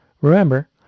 Remember